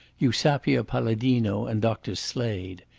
eusapia palladino and dr. slade.